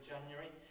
January